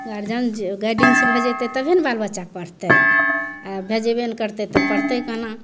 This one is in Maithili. गार्जियन जे गाइडेंसमे भेजेतय तभी ने बाल बच्चा पढ़तय भेजबे ने करतय तऽ पढ़तय केना